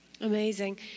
Amazing